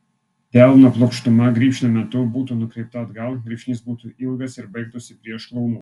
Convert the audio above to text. delno plokštuma grybšnio metu būtų nukreipta atgal grybšnis būtų ilgas ir baigtųsi prie šlaunų